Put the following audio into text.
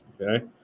Okay